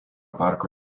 parko